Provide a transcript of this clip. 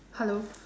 hello